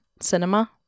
cinema